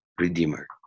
redeemer